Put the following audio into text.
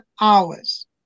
hours